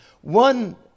One